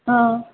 हँ